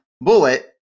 bullet